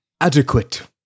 adequate